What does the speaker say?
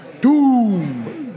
Doom